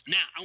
Now